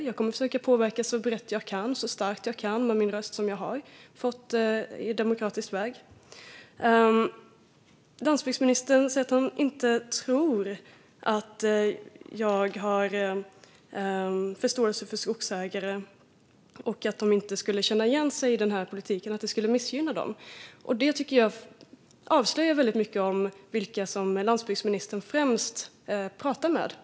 Jag kommer att försöka påverka så brett jag kan och så starkt jag kan med den röst som jag har fått på demokratisk väg. Landsbygdsministern säger att han inte tror att jag har förståelse för skogsägare, att de inte skulle känna igen sig i den här politiken och att den skulle missgynna dem. Det tycker jag avslöjar väldigt mycket om vilka som landsbygdsministern främst pratar med.